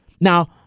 Now